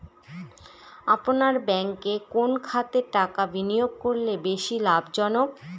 আপনার ব্যাংকে কোন খাতে টাকা বিনিয়োগ করলে বেশি লাভজনক?